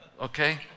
okay